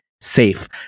safe